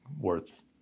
worth